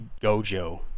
Gojo